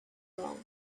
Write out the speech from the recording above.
wrong